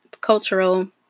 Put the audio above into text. cultural